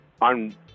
on